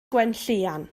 gwenllian